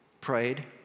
prayed